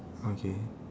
okay